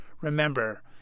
remember